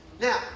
Now